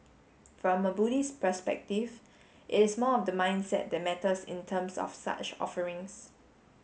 from a Buddhist perspective it is more of the mindset that matters in terms of such offerings